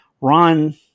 ron